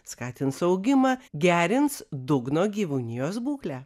skatins augimą gerins dugno gyvūnijos būklę